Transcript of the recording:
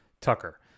Tucker